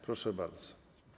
Proszę bardzo.